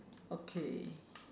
okay